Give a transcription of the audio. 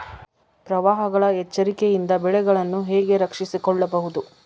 ಪ್ರವಾಹಗಳ ಎಚ್ಚರಿಕೆಯಿಂದ ಬೆಳೆಗಳನ್ನು ಹೇಗೆ ರಕ್ಷಿಸಿಕೊಳ್ಳಬಹುದು?